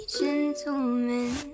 Gentlemen